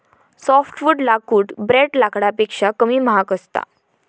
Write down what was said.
softwood लाकूड ब्रेड लाकडापेक्षा कमी महाग असता